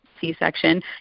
c-section